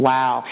Wow